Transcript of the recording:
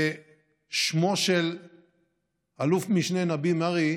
ושמו של אל"מ נביה מרעי